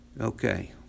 Okay